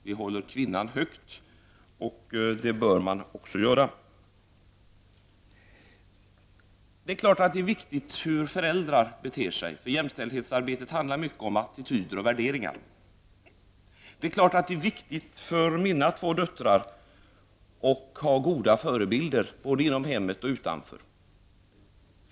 Vi håller kvinnan högt, och det bör man också göra. Det är självfallet viktigt hur föräldrar beter sig. Jämställdhetsarbetet handlar mycket om attityder och värderingar. Det är viktigt för mina två döttrar att ha goda förebilder både inom och utanför hemmet.